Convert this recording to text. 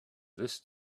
this